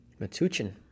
Matuchin